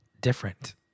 different